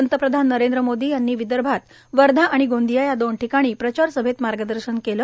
पंतप्रधान नरेंद्र मोदी यांनी विदर्भात वर्धा आणि गोंदिया या दोन ठिकाणी प्रचार सभेत मार्गदर्शन केले